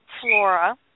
Flora